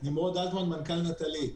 נמרוד אלטמן, מנכ"ל נטלי.